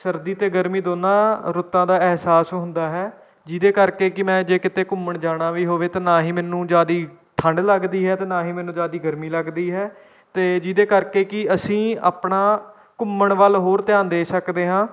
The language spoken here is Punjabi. ਸਰਦੀ ਅਤੇ ਗਰਮੀ ਦੋਨਾਂ ਰੁੱਤਾਂ ਦਾ ਅਹਿਸਾਸ ਹੁੰਦਾ ਹੈ ਜਿਹਦੇ ਕਰਕੇ ਕਿ ਮੈਂ ਜੇ ਕਿਤੇ ਘੁੰਮਣ ਜਾਣਾ ਵੀ ਹੋਵੇ ਤਾਂ ਨਾ ਹੀ ਮੈਨੂੰ ਜ਼ਿਆਦਾ ਠੰਡ ਲੱਗਦੀ ਹੈ ਅਤੇ ਨਾ ਹੀ ਮੈਨੂੰ ਜ਼ਿਆਦਾ ਗਰਮੀ ਲੱਗਦੀ ਹੈ ਅਤੇ ਜਿਹਦੇ ਕਰਕੇ ਕਿ ਅਸੀਂ ਆਪਣਾ ਘੁੰਮਣ ਵੱਲ ਹੋਰ ਧਿਆਨ ਦੇ ਸਕਦੇ ਹਾਂ